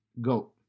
Go